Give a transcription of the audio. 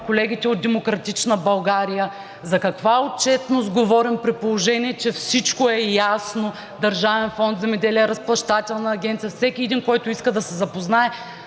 колегите от „Демократична България“? За каква отчетност говорим, при положение че всичко е ясно? В Държавен фонд „Земеделие“ – Разплащателна агенция, всеки един, който иска да се запознае